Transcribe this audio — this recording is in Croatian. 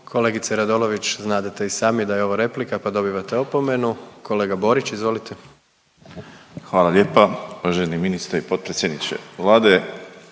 Kolegice Radolović znadete i sami da je ovo replika, pa dobivate opomenu. Kolega Borić, izvolite. **Borić, Josip (HDZ)** Hvala lijepa. Uvaženi ministre i potpredsjedniče Vlade,